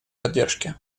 поддержки